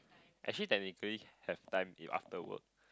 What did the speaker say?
actually technically have time if after work